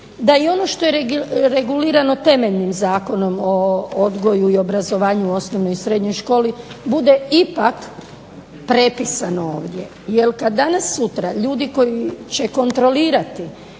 je i ono što je regulirano temeljnim Zakonom o odgoju i obrazovanju u osnovnoj i srednjoj školi bude ipak prepisano ovdje.